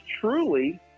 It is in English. truly